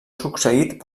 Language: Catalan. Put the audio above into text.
succeït